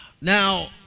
Now